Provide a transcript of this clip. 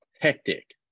hectic